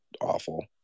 awful